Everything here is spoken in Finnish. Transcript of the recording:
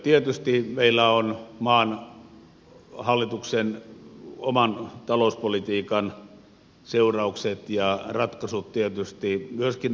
tietysti meillä on maan hallituksen oman talouspolitiikan seuraukset ja ratkaisut myöskin arvioitavana